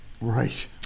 Right